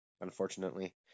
unfortunately